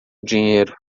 dinheiro